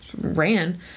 ran